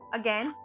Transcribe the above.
again